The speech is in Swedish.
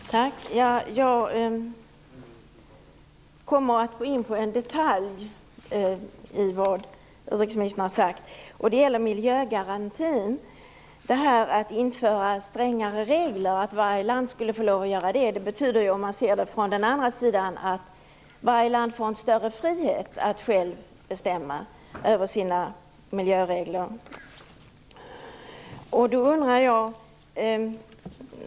Herr talman! Jag kommer att gå in på en detalj i vad utrikesministern har sagt. Det gäller miljögarantin. Att varje land kan få införa strängare regler betyder - sett från en annan sida - att varje land får en större frihet att självt bestämma över sina miljöregler. Då undrar jag en sak.